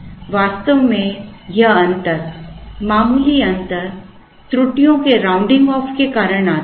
वास्तव में यह अंतर मामूली अंतर त्रुटियों के राउंडिंग ऑफ के कारण आता है